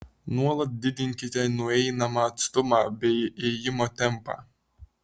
nuolat didinkite nueinamą atstumą bei ėjimo tempą